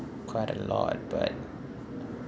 quite a lot but